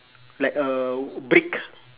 like a brick